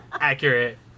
Accurate